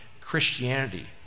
Christianity